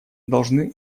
должны